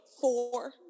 four